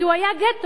כי הוא היה גטו,